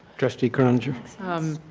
trustee croninger? um